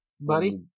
buddy